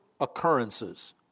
occurrences